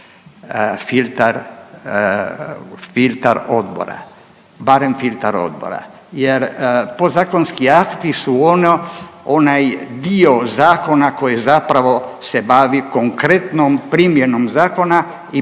filtar odbora, barem filtar odbora jer podzakonski akti su onaj dio zakona koji zapravo se bavi konkretnom primjenom zakona i